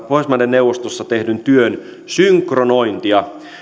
pohjoismaiden neuvostossa tehdyn työn synkronointia